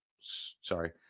sorry